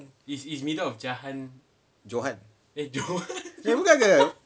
johan eh bukan ke